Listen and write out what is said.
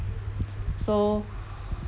so